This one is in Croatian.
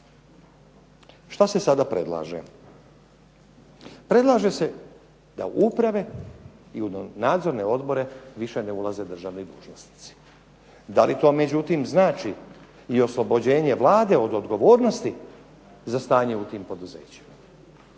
Što se sada predlaže? Predlaže se da uprave i u nadzorne odbore više ne ulaze državni dužnosnici. Da li to međutim znači i oslobođenje Vlade od odgovornosti za stanje u tim poduzećima?